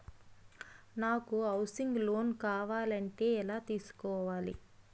నాకు housing loan కావాలంటే ఎలా తీసుకోవాలి?